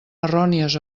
errònies